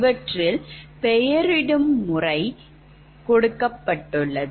இவற்றில் பெயரிடும் முறை இங்கு கொடுக்கப்பட்டுள்ளது